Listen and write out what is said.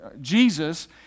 Jesus